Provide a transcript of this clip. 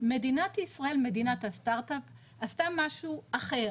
מדינת ישראל, מדינת הסטארט-אפ עשתה משהו אחר.